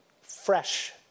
fresh